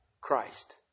Christ